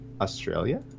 australia